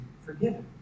forgiven